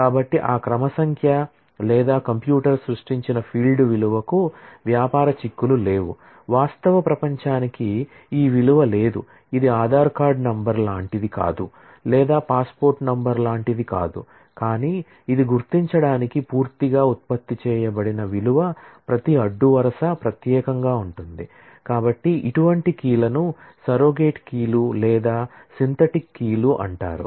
కాబట్టి ఆ క్రమ సంఖ్య లేదా కంప్యూటర్ సృష్టించిన ఫీల్డ్ విలువకు వ్యాపార చిక్కులు లేవు వాస్తవ ప్రపంచానికి ఈ విలువ లేదు ఇది ఆధార్ కార్డ్ నంబర్ లాంటిది కాదు లేదా పాస్పోర్ట్ నంబర్ అంటారు